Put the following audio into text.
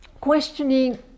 questioning